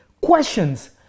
questions